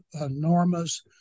enormous